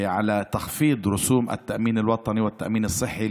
על הפחתת דמי הביטוח הלאומי וביטוח בריאות